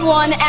one